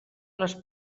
les